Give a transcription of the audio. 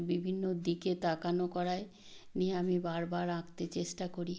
বিভিন্ন দিকে তাকানো করাই নিয়ে আমি বারবার আঁকতে চেষ্টা করি